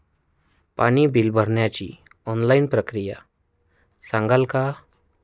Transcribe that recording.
पाणी बिल भरण्याची ऑनलाईन प्रक्रिया सांगाल का?